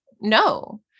No